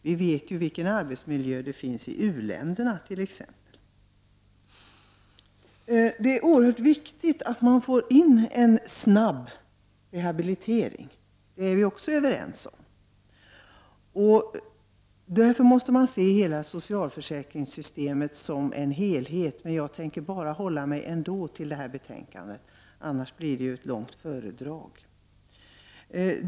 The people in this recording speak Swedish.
Vi vet ju t.ex. vilken arbetsmiljö det finns i uländerna. Det är oerhört viktigt att rehabiliteringen sätts in snabbt. Det är vi också överens om. Man måste därför se hela socialförsäkringssystemet som en helhet. Men jag tänker ändå bara hålla mig till det föreliggande betänkandet, annars skulle det ju bli ett långt föredrag.